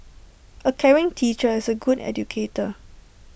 A caring teacher is A good educator